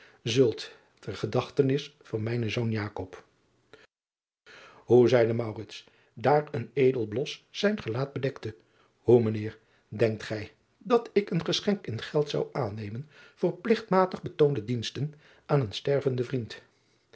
ter gedachtenis van mijnen zoon oe zeide daar een edel blos zijn gelaat bedekte oe mijn eer denkt gij dat ik een geschenk in geld zou aannemen voor pligtmatig betoonde diensten aan een stervenden vriend